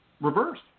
reversed